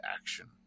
action